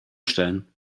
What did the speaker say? stellen